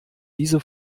diese